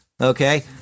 okay